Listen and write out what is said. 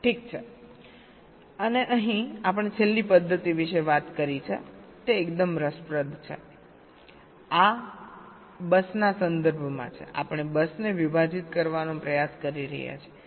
ઠીક છે અને અહીં આપણે છેલ્લી પદ્ધતિ વિશે વાત કરી છે તે એકદમ રસપ્રદ છે આ બસના સંદર્ભમાં છે આપણે બસને વિભાજીત કરવાનો પ્રયાસ કરી રહ્યા છીએ